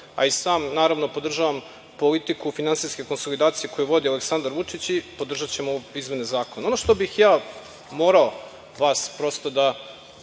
a i sam naravno podržavam politiku finansijske konsolidacije koju vodi Aleksandar Vučić i podržaćemo izmene zakona. Ono što bih ja morao vas da